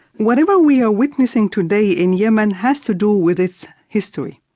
whatever we are witnessing today in yemen has to do with its history.